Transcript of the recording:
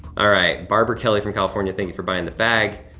all right, barbara kelley from california, thank you for buying the bag.